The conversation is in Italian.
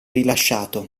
rilasciato